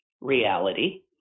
reality